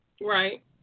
Right